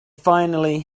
finally